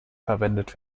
verwendet